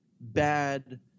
bad